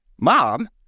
Mom